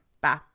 Bye